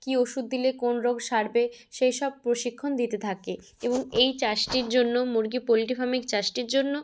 কী ওষুধ দিলে কোন রোগ সারবে সেই সব প্রশিক্ষণ দিতে থাকে এবং এই চাষটির জন্য মুরগি পোলট্রি ফামিক চাষটির জন্য